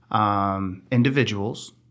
individuals